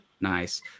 Nice